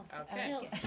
Okay